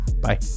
Bye